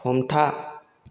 हमथा